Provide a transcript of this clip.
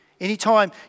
Anytime